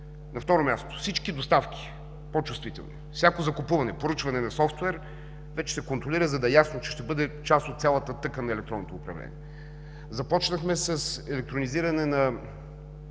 На второ място, всички по-чувствителни доставки, всяко закупуване и поръчване на софтуер вече се контролира, за да е ясно, че ще бъде част от цялата тъкан на електронното управление. Започнахме с електронизиране на